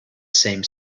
same